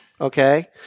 okay